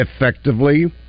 effectively